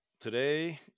today